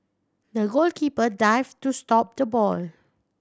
the goalkeeper dived to stop the ball